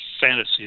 fantasy